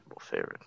favorite